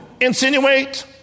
insinuate